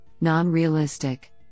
non-realistic